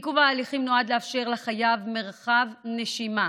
עיכוב ההליכים נועד לאפשר לחייב מרחב נשימה